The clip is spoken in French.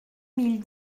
mille